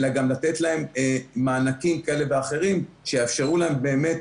אלא גם לתת להם מענקים כאלה ואחרים שיאפשרו להם באמת,